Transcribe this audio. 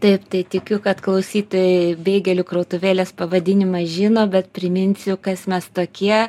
taip tai tikiu kad klausytojai beigelių krautuvėlės pavadinimą žino bet priminsiu kas mes tokie